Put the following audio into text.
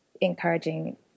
encouraging